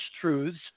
truths